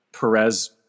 Perez